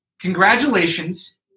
congratulations